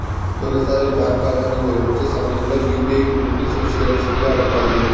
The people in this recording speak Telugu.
తొలిసారి బాంకు కాతాను జోడించే సమయంల యూ.పీ.ఐ పిన్ సెట్ చేయ్యాల్సిందింగా అడగతాది